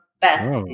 best